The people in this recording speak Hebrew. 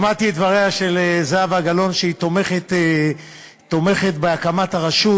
שמעתי את דבריה של זהבה גלאון שהיא תומכת בהקמת הרשות.